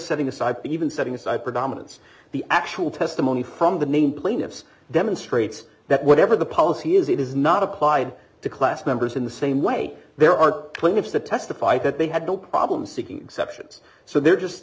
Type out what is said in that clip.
setting aside even setting aside predominance the actual testimony from the name plaintiffs demonstrates that whatever the policy is it is not applied to class members in the same way there are twenty if that testified that they had no problem seeking exceptions so they're just